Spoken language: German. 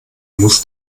muss